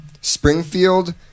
Springfield